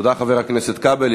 תודה, חבר הכנסת כבל.